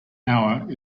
hour